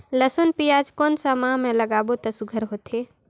लसुन पियाज कोन सा माह म लागाबो त सुघ्घर होथे?